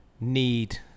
need